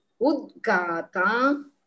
Udgata